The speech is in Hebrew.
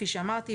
כפי שאמרתי,